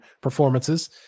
performances